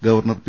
governor P